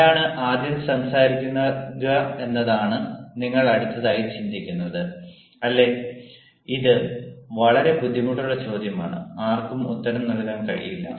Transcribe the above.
ആരാണ് ആദ്യം സംസാരിക്കുകയെന്നതാണ് നിങ്ങൾഅടുത്തതായി ചിന്തിക്കുന്നത് അല്ലെ ഇത് വളരെ ബുദ്ധിമുട്ടുള്ള ചോദ്യമാണ് ആർക്കും ഉത്തരം നൽകാൻ കഴിയില്ല